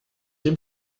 dem